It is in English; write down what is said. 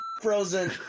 Frozen